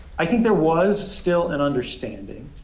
i think there was still an understanding